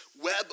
web